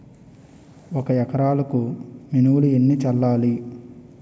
ఒక ఎకరాలకు మినువులు ఎన్ని చల్లాలి?